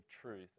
truth